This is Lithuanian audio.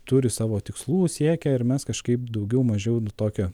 turi savo tikslų siekia ir mes kažkaip daugiau mažiau nu tokiu